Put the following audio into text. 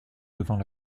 devant